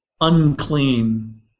unclean